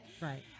Right